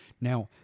Now